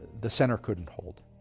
the center couldn't hold.